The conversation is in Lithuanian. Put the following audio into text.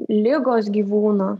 ligos gyvūno